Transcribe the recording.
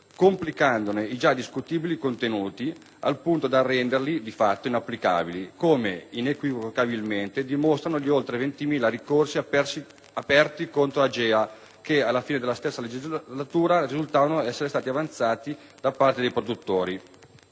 complicandone i già discutibili contenuti, al punto da renderli, di fatto, inapplicabili; come, inequivocabilmente, dimostravano gli oltre 20.000 ricorsi aperti contro AGEA che, alla fine della stessa legislatura, risultavano essere stati avanzati da parte dei produttori.